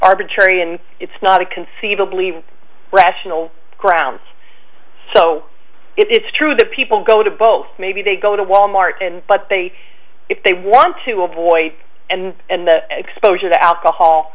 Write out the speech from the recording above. arbitrary and it's not a conceivably rational grounds so it's true that people go to both maybe they go to wal mart and but they if they want to avoid and that exposure to alcohol